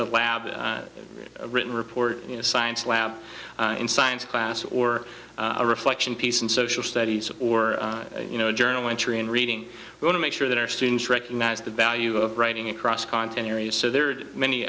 a lab written report you know science lab in science class or a reflection piece in social studies or you know journal entry and reading well to make sure that our students recognize the value of writing across content areas so there are many